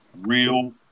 real